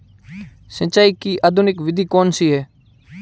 सिंचाई की आधुनिक विधि कौनसी हैं?